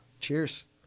Cheers